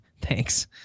thanks